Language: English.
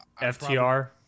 ftr